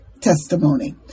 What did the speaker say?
testimony